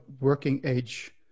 working-age